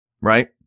Right